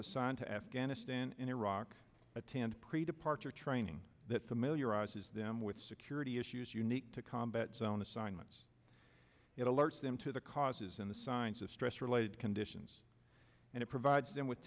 assigned to afghanistan in iraq attend pre departure training that familiarizes them with security issues unique to combat zone assignments it alerts them to the causes and the signs of stress related conditions and it provides them with